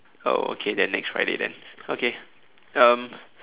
oh okay then next Friday then okay um